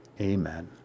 Amen